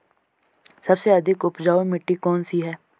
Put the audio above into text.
सबसे अधिक उपजाऊ मिट्टी कौन सी है?